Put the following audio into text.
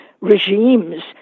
regimes